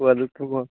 वदतु भोः